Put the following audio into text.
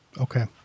Okay